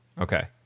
Okay